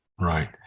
right